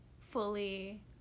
fully